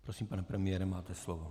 Prosím, pane premiére, máte slovo.